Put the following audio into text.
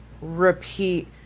repeat